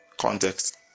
Context